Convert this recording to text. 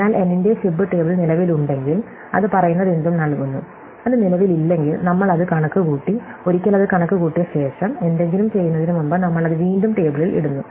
അതിനാൽ n ന്റെ fib table നിലവിലുണ്ടെങ്കിൽ അത് പറയുന്നതെന്തും നൽകുന്നു അത് നിലവിലില്ലെങ്കിൽ നമ്മൾഅത് കണക്കുകൂട്ടി ഒരിക്കൽ അത് കണക്കുകൂട്ടിയ ശേഷം എന്തെങ്കിലും ചെയ്യുന്നതിന് മുമ്പ് നമ്മൾ അത് വീണ്ടും ടേബിളിൽ ഇടുന്നു